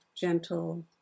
gentle